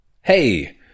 Hey